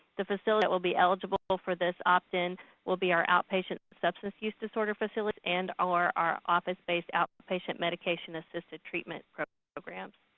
the facilities that will be eligible for this opt-in will be our outpatient substance use disorder facilities and or our office space outpatient medication-assisted treatment programs.